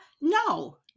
no